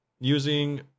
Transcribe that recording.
using